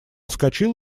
вскочил